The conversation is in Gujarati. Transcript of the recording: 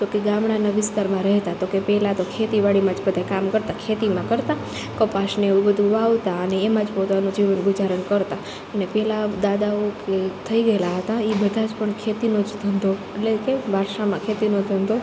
તો કે ગામડાના વિસ્તારમાં રહેતા તો કે પહેલાં તો ખેતીવાડીમાં જ બધા કામ કરતા ખેતીમાં કરતા કપાસ ને એવું બધું વાવતા અને એમાં જ પોતાનું જીવન ગુજરાન કરતાં ને પહેલાં દાદાઓ કે થઈ ગયેલા હતા એ બધા જ પણ ખેતીનો જ ધંધો એટલે કે વારસામાં ખેતીનો ધંધો